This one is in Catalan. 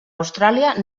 austràlia